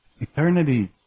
Eternity